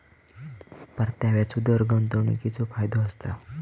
परताव्याचो दर गुंतवणीकीचो फायदो असता